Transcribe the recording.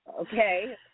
okay